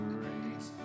raise